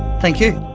thank you.